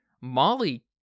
Molly